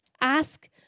Ask